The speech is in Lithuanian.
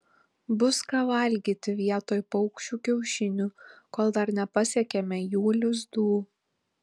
bus ką valgyti vietoj paukščių kiaušinių kol dar nepasiekėme jų lizdų